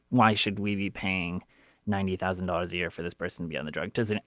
why should we be paying ninety thousand dollars a year for this person to be on the drug does. and